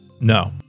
No